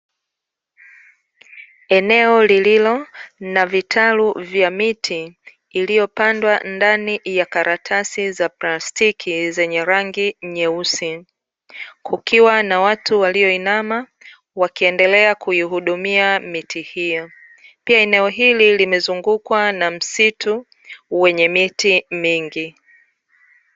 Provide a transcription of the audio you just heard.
Eneo lililo na vitalu vya miti, iliyopandwa ndani ya karatasi za plastiki zenye rangi nyeusi. Kukiwa na watu walioinama, wakiendelea kuihudumia miti hiyo. Pia eneo hili limezungukwa na msitu, wenye miti mingi.